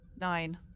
Nine